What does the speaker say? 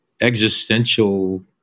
existential